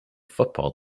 football